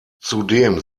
zudem